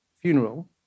funeral